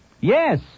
Yes